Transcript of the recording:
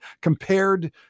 compared